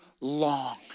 long